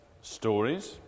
stories